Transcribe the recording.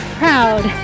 proud